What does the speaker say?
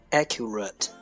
accurate